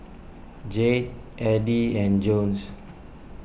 Jade Eddie and Jones